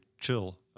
chill